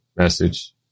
Message